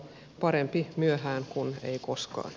parempi myöhään kuin ei koskaan